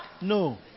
No